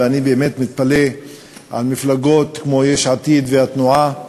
ואני באמת מתפלא על מפלגות כמו יש עתיד והתנועה,